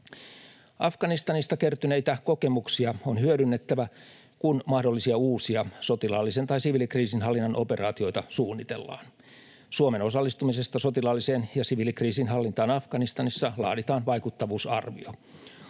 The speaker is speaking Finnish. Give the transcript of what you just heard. Afganistanista kertyneitä kokemuksia on hyödynnettävä, kun mahdollisia uusia sotilaallisen tai siviilikriisinhallinnan operaatioita suunnitellaan. Suomen osallistumisesta sotilaalliseen ja siviilikriisinhallintaan Afganistanissa laaditaan vaikuttavuusarvio.